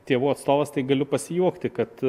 tėvų atstovas tai galiu pasijuokti kad